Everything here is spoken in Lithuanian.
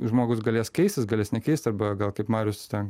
žmogus galės keistis galės nekeisti arba gal kaip marius ten